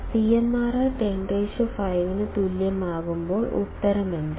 CMRR 105 ന് തുല്യമാകുമ്പോൾ ഉത്തരം എന്താണ്